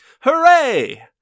Hooray